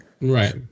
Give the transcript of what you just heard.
Right